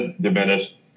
diminished